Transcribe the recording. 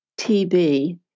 TB